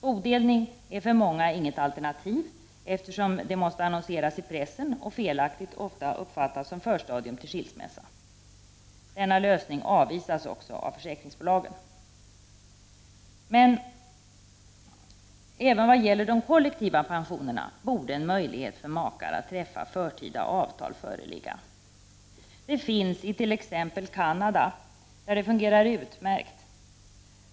Bodelning är för många inte något alternativ eftersom detta måste annonseras i pressen och felaktigt ofta uppfattas som förstadium till skilsmässa. Denna lösning avvisas också av försäkringsbolagen. Även vad gäller de kollektiva pensionerna borde en möjlighet för makar att träffa förtida avtal föreligga. En sådan möjlighet finns i t.ex. Canada, där systemet fungerar utmärkt.